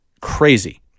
Crazy